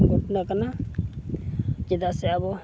ᱜᱷᱚᱴᱚᱱᱟ ᱠᱟᱱᱟ ᱪᱮᱫᱟᱜ ᱥᱮ ᱟᱵᱚ